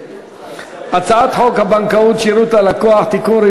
הצעת חוק הבנקאות (שירות ללקוח) (תיקון,